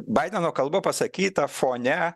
baideno kalba pasakyta fone